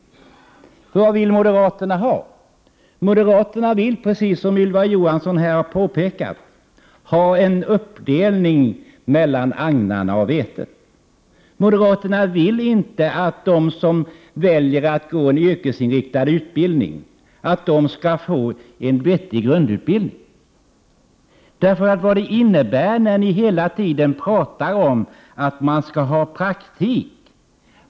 Vad är det moderaterna vill ha? Moderaterna vill, precis som Ylva Johansson har påpekat, ha en uppdelning av agnarna och vetet. Moderaterna vill inte att de som väljer att gå en yrkesinriktad utbildning skall få en vettig grundutbildning. Det är vad det innebär när ni hela tiden talar om att man skall ha praktik.